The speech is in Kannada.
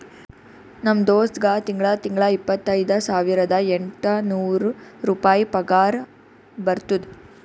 ನಮ್ ದೋಸ್ತ್ಗಾ ತಿಂಗಳಾ ತಿಂಗಳಾ ಇಪ್ಪತೈದ ಸಾವಿರದ ಎಂಟ ನೂರ್ ರುಪಾಯಿ ಪಗಾರ ಬರ್ತುದ್